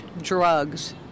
drugs